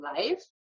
life